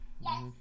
Yes